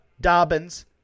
Dobbins